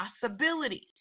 possibilities